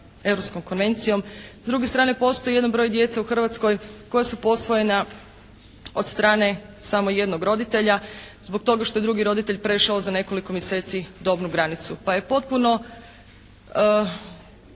Europskom konvencijom. S druge strane, postoji jedan broj djece u Hrvatskoj koja su posvojena od strane samo jednog roditelja zbog toga što je drugi roditelj prešao za nekoliko mjeseci dobnu granicu pa je potpuno